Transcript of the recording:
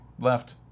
left